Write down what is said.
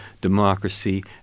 democracy